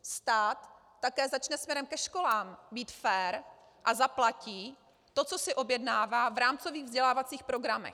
Stát také začne směrem ke školám být fér a zaplatí to, co si objednává v rámcových vzdělávacích programech.